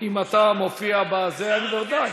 אם אתה מופיע, בוודאי.